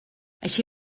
així